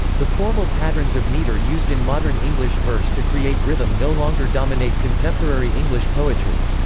the formal patterns of meter used in modern english verse to create rhythm no longer dominate contemporary english poetry.